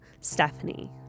Stephanie